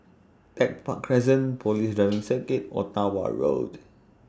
Tech Park Crescent Police Driving Circuit Ottawa Road